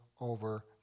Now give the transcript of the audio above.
over